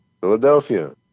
Philadelphia